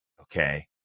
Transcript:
okay